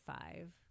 five